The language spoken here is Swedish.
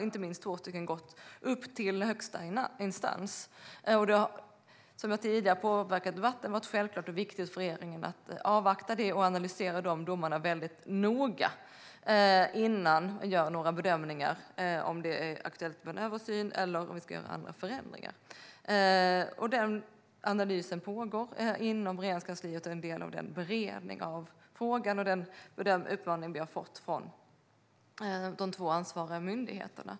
Inte minst två fall har gått upp till högsta instans, och det har - som jag tidigare har påpekat - självklart varit viktigt för regeringen att avvakta detta och analysera domarna noga innan vi gör några bedömningar av om det är aktuellt med en översyn eller om vi ska göra andra förändringar. Den analysen pågår inom Regeringskansliet. Det är en del av beredningen av frågan och av den uppmaning vi har fått från de två ansvariga myndigheterna.